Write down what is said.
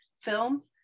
film